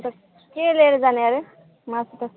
अन्त के लिएर जाने अरे मासु त